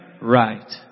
right